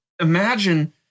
imagine